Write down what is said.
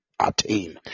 attain